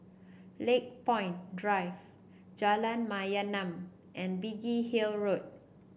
Lakepoint Drive Jalan Mayaanam and Biggin Hill Road